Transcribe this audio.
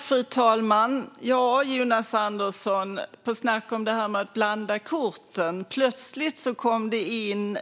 Fru talman! Ja, Jonas Andersson, snacka om att blanda bort korten! Plötsligt kom